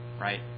right